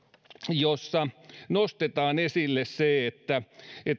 jossa nostetaan vahvasti esille